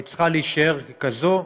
והיא צריכה להישאר כזו,